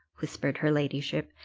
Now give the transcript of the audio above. whispered her ladyship,